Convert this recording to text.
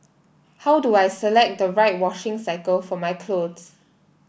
how do I select the right washing cycle for my clothes